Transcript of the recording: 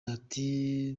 ati